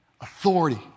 Authority